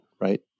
right